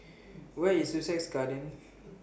Where IS Sussex Garden